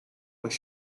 was